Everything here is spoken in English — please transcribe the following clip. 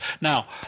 Now